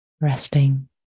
Resting